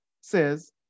says